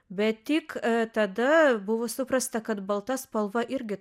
bet tik tada buvo suprasta kad balta spalva irgi